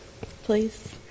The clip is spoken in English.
please